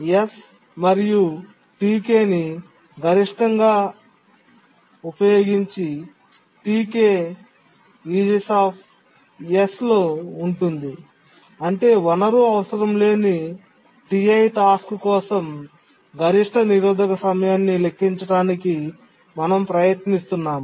S మరియు Tk ని ఉపయోగించి గరిష్టంగా Tk లో ఉంటుంది అంటే వనరు అవసరం లేని Ti టాస్క్ కోసం గరిష్ట నిరోధక సమయాన్ని లెక్కించడానికి మనం ప్రయత్నిస్తున్నాము